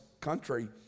country